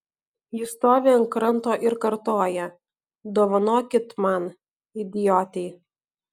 ji stovi ant kranto ir kartoja dovanokit man idiotei